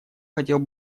хотел